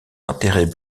intérêts